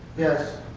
yes.